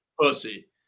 pussy